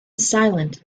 silent